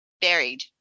buried